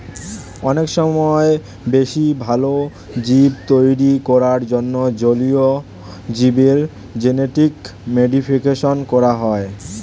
অনেক সময় বেশি ভালো জীব তৈরী করার জন্যে জলীয় জীবের জেনেটিক মডিফিকেশন করা হয়